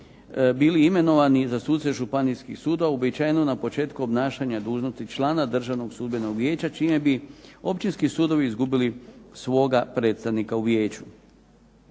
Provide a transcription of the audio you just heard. bili imenovani za suce županijskih sudova uobičajeno na početku obnašanja dužnosti člana Državnog sudbenog vijeća, čime bi općinski sudovi izgubili svoga predstavnika u vijeću.